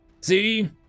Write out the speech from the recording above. See